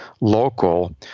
local